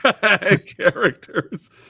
characters